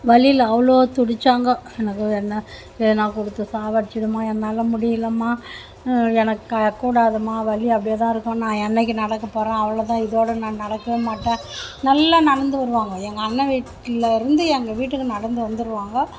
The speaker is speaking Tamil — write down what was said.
வலியில் அவ்வளோ துடிச்சாங்க எனக்கு என்ன எதுனா கொடுத்து சாகடிச்சிடும்மா என்னால் முடியலம்மா எனக்கு கூடாதும்மா வலி அப்படியேதான் இருக்கும் நான் என்னைக்கு நடக்கப்போறன் அவ்வளோதான் இதோட நான் நடக்கே மாட்டேன் நல்லா நடந்து வருவாங்க எங்கள் அண்ணன் வீட்டிலேருந்து எங்கள் வீட்டுக்கு நடந்து வந்துருவாங்க